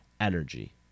energy